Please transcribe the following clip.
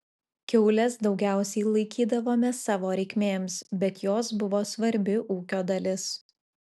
kiaules daugiausiai laikydavome savo reikmėms bet jos buvo svarbi ūkio dalis